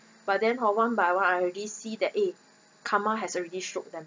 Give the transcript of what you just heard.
but then one by one I already see that eh karma has already showed them